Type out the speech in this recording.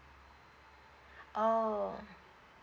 oh